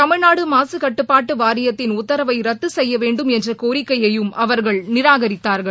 தமிழ்நாடு மாககட்டுப்பாடு வாரியத்தின் உத்தரவை ரத்து செய்யவேண்டும் என்ற கோரிக்கையையும் அவர்கள் நிராகரித்தார்கள்